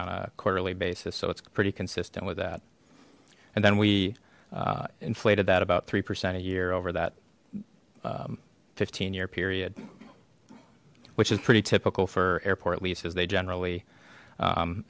a quarterly basis so it's pretty consistent with that and then we inflated that about three percent a year over that fifteen year period which is pretty typical for airport leases they generally